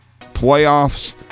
playoffs